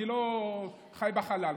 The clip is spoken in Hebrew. אני לא חי בחלל.